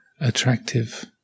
attractive